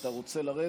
אתה רוצה לרדת?